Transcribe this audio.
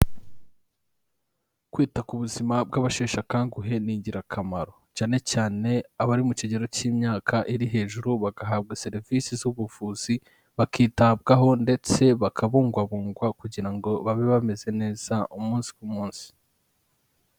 Kwita ku buzima bw'abasheshe akanguhe ni ingirakamaro, cyane cyane abari mu kigero cy'imyaka iri hejuru, bagahabwa serivisi z'ubuvuzi bakitabwaho, ndetse bakabungwabungwa kugira ngo babe bameze neza umunsi ku munsi.